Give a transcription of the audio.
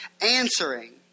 answering